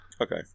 Okay